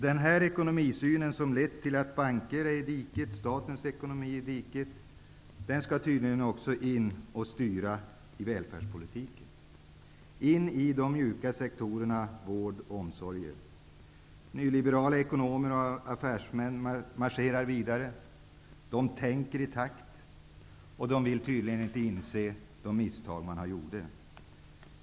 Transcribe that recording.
Den ekonomisyn som lett till att bankerna och statens ekonomi ligger i diket skall tydligen också in och styra välfärdspolitiken -- in i de mjuka sektorerna såsom vård och omsorg. Nyliberala ekonomer och affärsmän marscherar vidare. De tänker i takt, och de vill tydligen inte inse vilka misstag som gjordes.